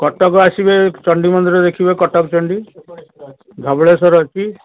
କଟକ ଆସିବେ ଚଣ୍ଡୀ ମନ୍ଦିର ଦେଖିବେ କଟକ ଚଣ୍ଡୀ ଧବଳେଶ୍ୱର ଅଛି